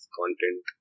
content